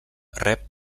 rep